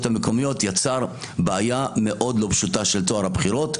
המקומיות יצר בעיה מאוד לא פשוטה של טוהר הבחירות.